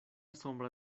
sombra